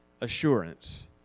Assurance